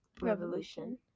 revolution